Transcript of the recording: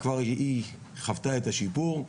היא חוותה את השיפור.